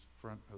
front